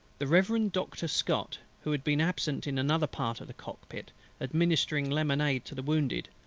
the reverend doctor scott, who had been absent in another part of the cockpit administering lemonade to the wounded,